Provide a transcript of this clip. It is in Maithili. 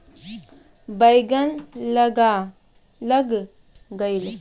बैंगन लग गई रैली कौन मसीन ले लो जाए?